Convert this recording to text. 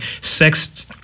sex